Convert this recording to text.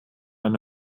eine